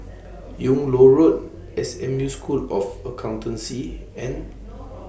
Yung Loh Road S M U School of Accountancy and